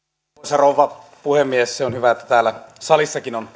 rouva puhemies se on hyvä että täällä salissakin on